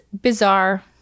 bizarre